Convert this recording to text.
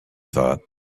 thought